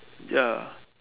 ya